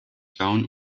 down